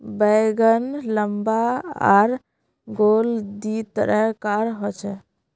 बैंगन लम्बा आर गोल दी तरह कार होचे